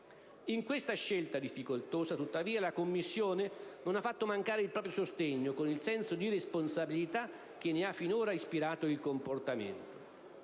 In questa scelta difficoltosa, tuttavia, la Commissione non ha fatto mancare il proprio sostegno con il senso di responsabilità che ne ha finora ispirato il comportamento.